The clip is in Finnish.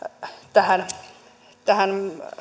tähän tähän